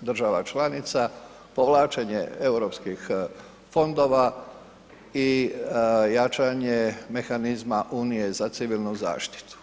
država članica, povlačenje Europskih fondova i jačanje mehanizma unije za civilnu zaštitu.